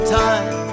time